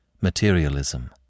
materialism